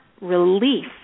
relief